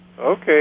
Okay